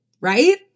right